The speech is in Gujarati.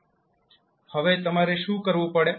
હવે તમારે શું કરવું પડે